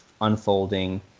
unfolding